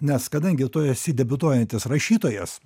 nes kadangi tu esi debiutuojantis rašytojas